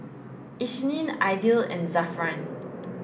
Isnin Aidil and Zafran